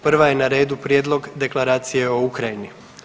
Prva je na redu Prijedlog Deklaracije o Ukrajini.